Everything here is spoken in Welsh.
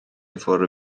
fore